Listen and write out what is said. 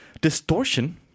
distortion